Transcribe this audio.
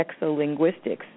exolinguistics